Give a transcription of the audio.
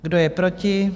Kdo je proti?